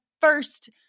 first